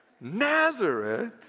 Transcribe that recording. Nazareth